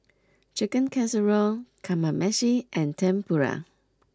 Chicken Casserole Kamameshi and Tempura